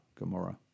Gamora